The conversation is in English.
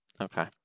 Okay